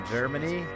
Germany